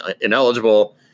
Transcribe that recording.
ineligible